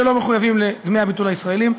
שלא מחויבים לדמי הביטול הישראליים,